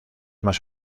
más